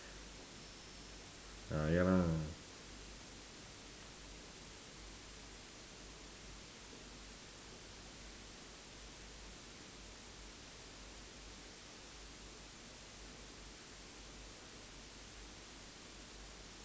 ah ya lah